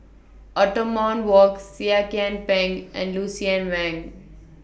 Othman Wok Seah Kian Peng and Lucien Wang